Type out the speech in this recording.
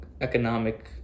economic